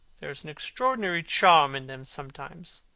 there is an extraordinary charm in them, sometimes,